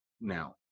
Now